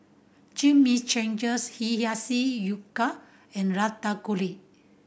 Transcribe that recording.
Chimichangas Hiyashi and Ratatouille